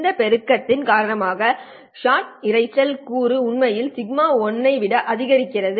இந்த பெருக்கத்தின் காரணமாக ஷாட் இரைச்சல் கூறு உண்மையில் σ1 உடன் அதிகரிக்கிறது